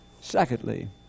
secondly